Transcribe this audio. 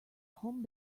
home